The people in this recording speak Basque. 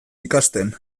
ikasten